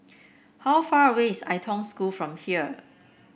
how far away is Ai Tong School from here